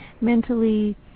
mentally